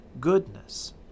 goodness